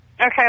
Okay